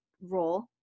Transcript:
role